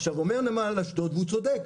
אומר נמל אשדוד והוא צודק,